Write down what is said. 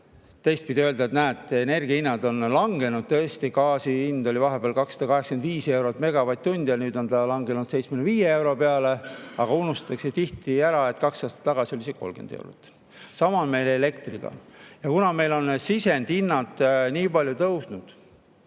teistpidi öelda, et näete, energiahinnad on langenud. Tõesti, gaasi hind oli vahepeal 285 eurot megavatt-tund ja nüüd on see langenud 75 euro peale, aga tihti unustatakse ära, et kaks aastat tagasi [maksis] see 30 eurot. Sama on elektriga. Ja kuna meil on sisendhinnad nii palju tõusnud,